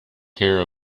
care